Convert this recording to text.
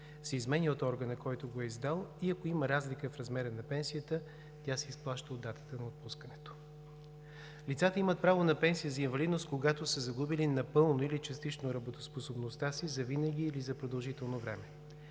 се изменя от органа, който го е издал, и ако има разлика в размера на пенсията, тя се изплаща от датата на отпускането. Лицата имат право на пенсия за инвалидност, когато са загубили напълно или частично работоспособността си завинаги или за продължително време.